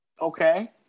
okay